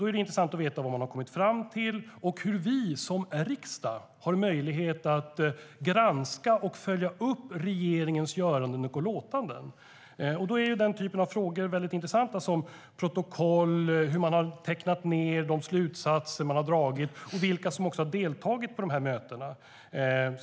Då är det intressant att veta vad man har kommit fram till och hur vi som riksdag har möjlighet att granska och följa upp regeringens göranden och låtanden. Då är det intressant med frågor som protokoll, hur man har tecknat ned de slutsatser man har dragit och vilka som har deltagit i mötena.